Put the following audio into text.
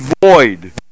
void